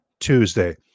Tuesday